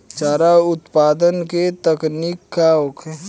चारा उत्पादन के तकनीक का होखे?